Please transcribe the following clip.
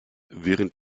während